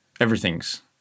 Everything's